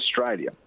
Australia